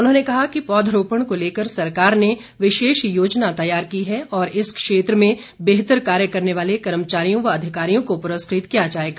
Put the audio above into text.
उन्होंने कहा कि पौधरोपण को लेकर सरकार ने विशेष योजना तैयार की है और इस क्षेत्र में बेहतर कार्य करने वाले कर्मचारियों व अधिकारियों को पुरस्कृत किया जाएगा